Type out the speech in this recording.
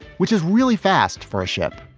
which is really fast for a ship.